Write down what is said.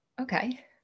okay